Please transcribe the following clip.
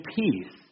peace